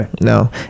No